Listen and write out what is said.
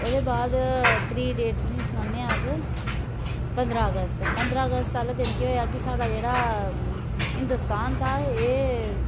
ओह्दे बाद त्री डेट तुसेंई सनानें आ अस पंदरां अगस्त पंदरां अगस्त आह्ले दिन केह् होएआ कि अस साढ़ा जेह्ड़ा हिंदोस्तान था एह्